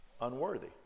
unworthy